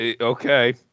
okay